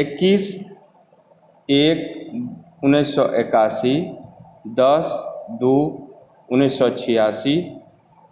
एकैस एक उनैस सओ एकासी दस दू उनैस सओ छिआसी